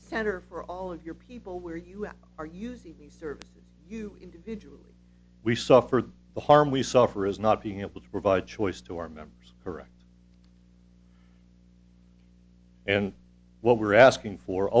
center for all of your people where you are using these three of you individually we suffered the harm we suffer as not being able to provide choice to our members correct and what we're asking for